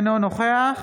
אינו נוכח